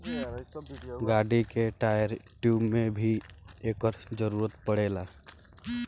गाड़िन के tyre, tube में भी एकर जरूरत पड़ेला